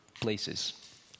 places